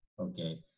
Okay